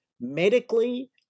medically